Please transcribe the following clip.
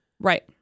Right